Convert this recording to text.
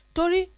Tori